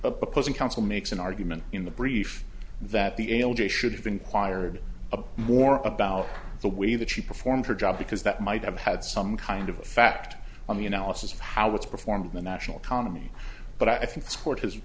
opposing counsel makes an argument in the brief that the l j should have been quired a more about the way that she performed her job because that might have had some kind of a fact on the analysis of how it's performed the national economy but i think this court has